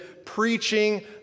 preaching